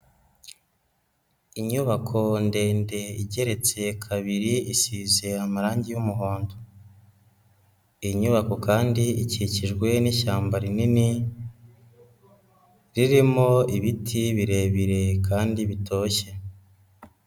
Inyubako ndende igeretse kabiri isize amarangi y'umuhondo, iyi nyubako kandi ikikijwe n'ishyamba rinini ririmo ibiti birebire kandi bitoshye.